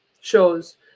shows